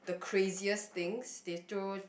the craziest things they throw